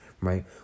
right